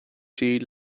siad